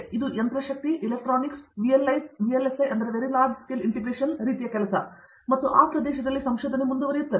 ಇದು ಯಂತ್ರ ಶಕ್ತಿ ಎಲೆಕ್ಟ್ರಾನಿಕ್ಸ್ VLSI ರೀತಿಯ ಕೆಲಸ ಮತ್ತು ಆ ಪ್ರದೇಶದಲ್ಲಿ ಸಂಶೋಧನೆ ಮುಂದುವರಿಯುತ್ತಿದೆ